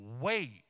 wait